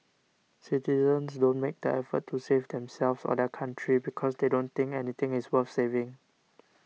citizens don't make the effort to save themselves or their country because they don't think anything is worth saving